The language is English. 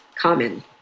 common